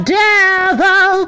devil